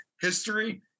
history